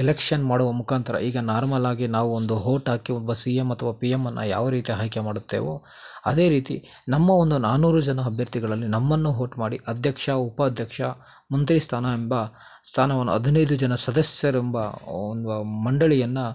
election ಮಾಡುವ ಮುಖಾಂತರ ಈಗ ನಾರ್ಮಲ್ಲಾಗಿ ನಾವು ಒಂದು ಹೋಟ್ ಹಾಕಿ ಒಬ್ಬ ಸಿ ಎಮ್ ಅಥವಾ ಪಿ ಎಮ್ ಅನ್ನು ಯಾವ ರೀತಿ ಅಯ್ಕೆ ಮಾಡುತ್ತೇವೋ ಅದೇ ರೀತಿ ನಮ್ಮ ಒಂದು ನಾನ್ನೂರು ಜನ ಅಭ್ಯರ್ಥಿಗಳಲ್ಲಿ ನಮ್ಮನ್ನು ಹೋಟ್ ಮಾಡಿ ಅಧ್ಯಕ್ಷ ಉಪಾಧ್ಯಕ್ಷ ಮಂತ್ರಿ ಸ್ಥಾನ ಎಂಬ ಸ್ಥಾನವನ್ನು ಹದಿನೈದು ಜನ ಸದಸ್ಯರೆಂಬ ಒಂದು ಮಂಡಳಿಯನ್ನು